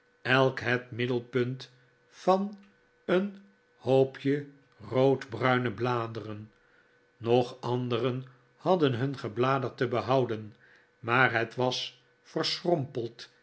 elk het middelpunt van een hoopje roodbruine bladeren nog andere hasden hun gebladerte behouden maar het was verschrompeld